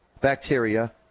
bacteria